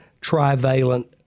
trivalent